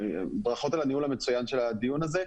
ברכות על הניהול המצוין של הדיון הזה.